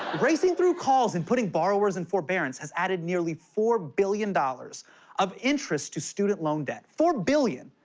racing through calls and putting borrowers in forbearance has added nearly four billion dollars of interest to student loan debt. four billion!